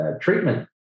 treatment